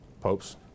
popes